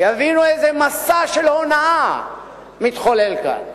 יבינו איזה מסע של הונאה מתחולל פה.